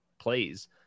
plays